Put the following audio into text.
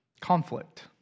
Conflict